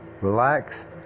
relax